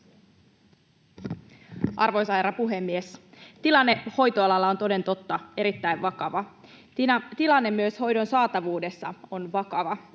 Arvoisa herra puhemies! Tilanne hoitoalalla on toden totta erittäin vakava. Tilanne myös hoidon saatavuudessa on vakava.